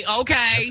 Okay